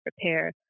prepare